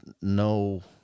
no